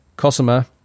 Cosima